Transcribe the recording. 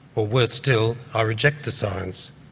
worse still, i reject the science.